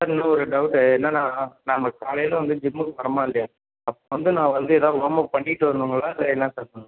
sir இன்னும் ஒரு doubt என்னென்னா நம்ம காலையில் வந்து ஜிம்முக்கு வரம்மா இல்லையா அப்போ வந்து நான் வந்து ஏதாவது வாம்அப் பண்ணிவிட்டு வரணுங்களா இல்லை என்ன சார் பண்ணனும்